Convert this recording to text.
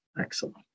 Excellent